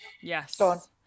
yes